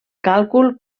càlcul